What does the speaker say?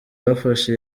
bafashe